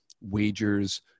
wagers